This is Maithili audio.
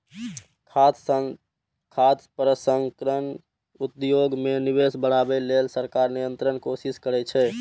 खाद्य प्रसंस्करण उद्योग मे निवेश बढ़ाबै लेल सरकार निरंतर कोशिश करै छै